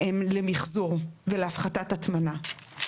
הן למחזור ולהפחתת הטמנה.